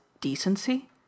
decency